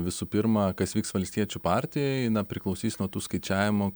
visų pirma kas vyks valstiečių partijoj priklausys nuo tų skaičiavimų